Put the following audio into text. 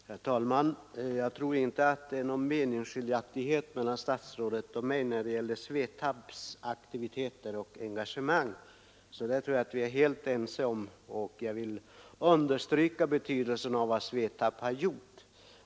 Herr talman! Jag tror inte att det råder några meningsskiljaktigheter mellan herr statsrådet och mig när det gäller SVETAB:s aktiviteter och engagemang. Jag tror att vi är helt ense i dessa frågor, och jag vill understryka betydelsen av vad SVETAB har gjort.